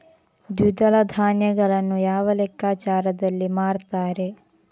ದ್ವಿದಳ ಧಾನ್ಯಗಳನ್ನು ಯಾವ ಲೆಕ್ಕಾಚಾರದಲ್ಲಿ ಮಾರ್ತಾರೆ?